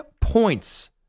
points